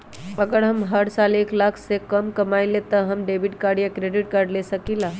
अगर हम हर साल एक लाख से कम कमावईले त का हम डेबिट कार्ड या क्रेडिट कार्ड ले सकीला?